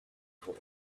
for